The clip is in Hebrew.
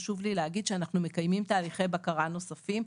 חשוב לי להגיד שאנחנו מקיימים תהליכי בקרה נוספים,